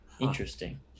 Interesting